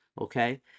Okay